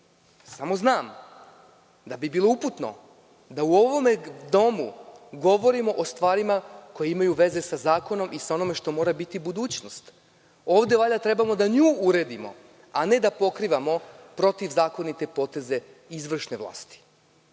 samo znam da bi bilo uputno da u ovome domu govorimo o stvarima koje imaju veze sa zakonom i sa onime što mora biti budućnost. Ovde valjda trebamo da nju uredimo, a ne da pokrivamo protivzakonite poteze izvršne vlasti.